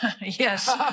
Yes